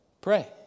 Pray